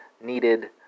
needed